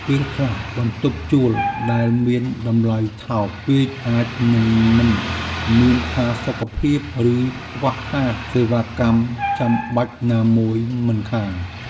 ពេលខ្លះ បន្ទប់ជួលដែលមានតម្លៃថោកពេកអាចនឹងមិនមានផាសុកភាព ឬខ្វះខាតសេវាកម្មចាំបាច់ណាមួយមិនខាន។